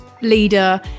leader